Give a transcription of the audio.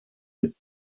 mit